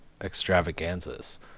extravaganzas